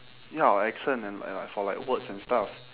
ya our accent and and like for like words and stuff